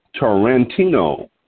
Tarantino